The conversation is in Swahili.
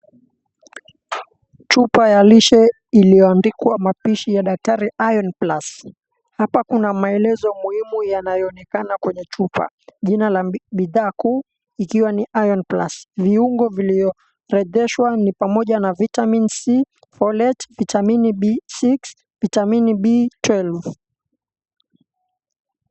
Chupa ya lishe iliyoandikwa Mapishi ya Daktari, Iron Plus. Hapa kuna maelezo muhimu yanayoonekana kwenye chupa, jina la bidhaa kuu ikiwa ni Iron Plus. viungo vilivyoorodheshwa ni pamoja na vitamini c, Folate, vitamini b6, vitamini b12.